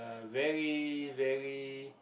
very very